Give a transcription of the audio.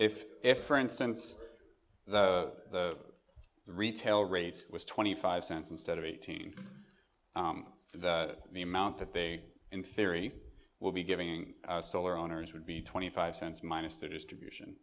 for instance the retail rate was twenty five cents instead of eighteen the amount that they in theory will be giving solar owners would be twenty five cents minus the distribution